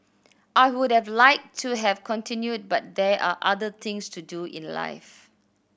I would have liked to have continued but there are other things to do in life